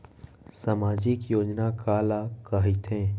सामाजिक योजना काला कहिथे?